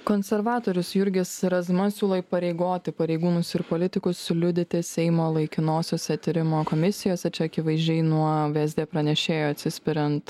konservatorius jurgis razma siūlo įpareigoti pareigūnus ir politikus liudyti seimo laikinosiose tyrimo komisijose čia akivaizdžiai nuo vsd pranešėjo atsispiriant